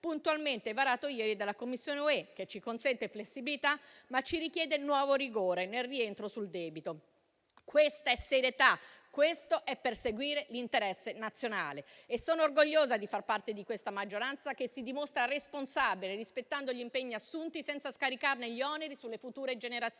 puntualmente varata ieri dalla Commissione europea, che ci consente flessibilità, ma ci richiede nuovo rigore nel rientro sul debito. Questa è serietà, questo è perseguire l'interesse nazionale. Sono orgogliosa di far parte di questa maggioranza, che si dimostra responsabile, rispettando gli impegni assunti, senza scaricarne gli oneri sulle future generazioni.